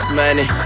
money